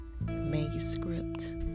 manuscript